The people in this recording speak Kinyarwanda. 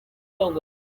rwanda